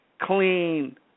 Clean